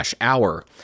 hour